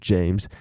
James